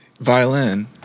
violin